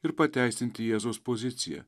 ir pateisinti jėzaus poziciją